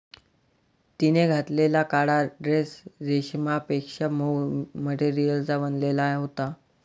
तिने घातलेला काळा ड्रेस रेशमापेक्षा मऊ मटेरियलचा बनलेला होता